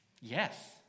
Yes